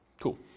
Cool